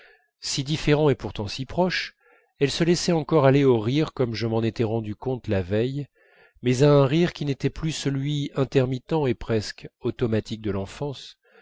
si différents et pourtant si proches elles se laissaient encore aller au rire comme je m'en étais rendu compte la veille mais à un rire qui n'était pas celui intermittent et presque automatique de l'enfance